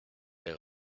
est